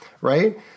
Right